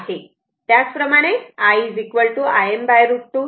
त्याच प्रमाणे I Im √ 2 अशी RMS व्हॅल्यू आहे